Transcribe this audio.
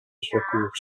rzekł